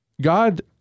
God